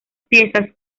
piezas